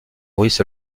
russe